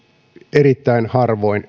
erittäin harvoin